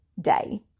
day